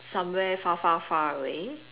somewhere far far far away